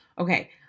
okay